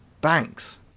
Banks